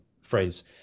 phrase